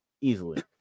easily